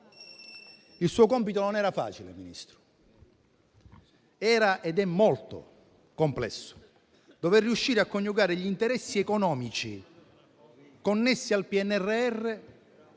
il suo compito non era facile. Il suo compito era ed è molto complesso: riuscire a coniugare gli interessi economici connessi al PNRR